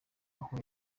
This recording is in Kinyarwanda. aho